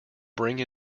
bring